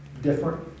Different